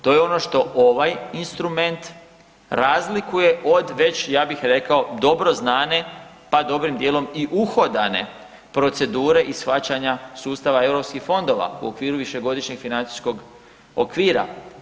To je ono što ovaj instrument razlikuje od već, ja bih rekao, dobro znane pa dobrim dijelom i uhodane procedure i shvaćanja sustava eu fondova u okviru višegodišnjeg financijskog okvira.